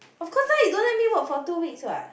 of course lah you don't let me work for two weeks what